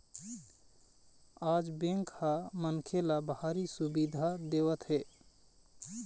आज बेंक ह मनखे ल भारी सुबिधा देवत हे